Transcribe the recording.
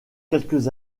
quelques